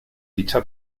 dicha